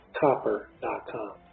copper.com